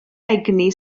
egni